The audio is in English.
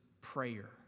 prayer